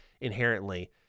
inherently